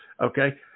okay